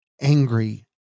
angry